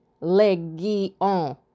legion